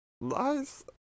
nice